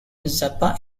zappa